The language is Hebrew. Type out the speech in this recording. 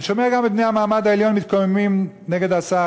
אני שומע גם את בני המעמד העליון מתקוממים נגד השר,